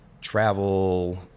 travel